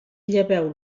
lleveu